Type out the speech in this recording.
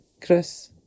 Chris